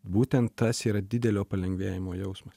būtent tas yra didelio palengvėjimo jausmas